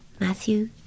Matthew